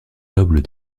nobles